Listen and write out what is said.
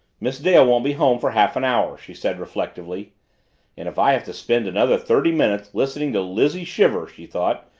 miss dale won't be home for half an hour, she said reflectively. and if i have to spend another thirty minutes listening to lizzie shiver, she thought,